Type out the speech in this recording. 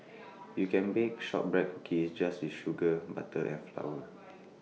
you can bake Shortbread Cookies just with sugar butter and flour